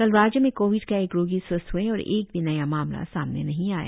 कल राज्य में कोविड का एक रोगी स्वस्थ हुए और एक भी नया मामला सामने नहीं आया